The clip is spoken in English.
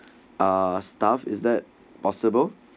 ah staff is that possible